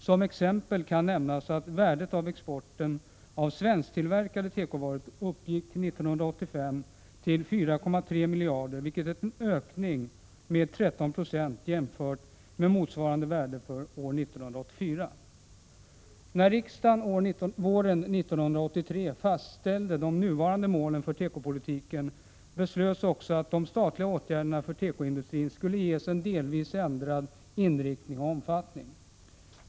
Som exempel kan nämnas att värdet av exporten av svensktillverkade tekovaror år 1985 uppgick till 4,3 miljarder kronor, vilket är en ökning med 13 22, jämfört med motsvarande värde för år 1984. När riksdagen våren 1983 fastställde de nuvarande målen för tekopolitiken, beslöts också att de statliga åtgärderna för tekoindustrin skulle ges en delvis ändrad inriktning och omfattning.